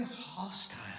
hostile